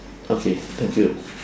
okay thank you